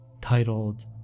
titled